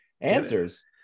answers